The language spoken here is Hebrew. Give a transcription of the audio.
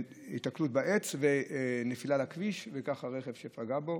היתקלות בעץ ונפילה לכביש, וככה רכב פגע בו,